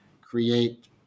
create